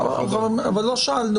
קודם כול,